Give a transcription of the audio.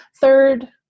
Third